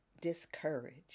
discouraged